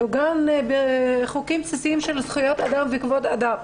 מעוגן בחוקים בסיסיים של זכויות אדם וכבוד אדם.